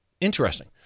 Interesting